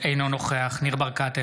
אינו נוכח ניר ברקת,